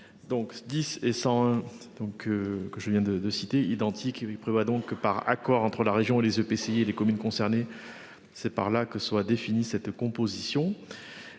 Donc que je viens de de citer identique. Prévoit donc que par accord entre la région et les EPCI les communes concernées. C'est par là que soit définie cette composition.